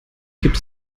gibt